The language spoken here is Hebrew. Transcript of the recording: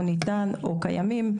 ניתן או קיימים,